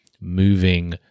moving